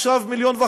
עכשיו 1.5 מיליון,